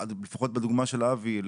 לפחות בדוגמה של אבי,